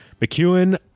McEwen